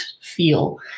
feel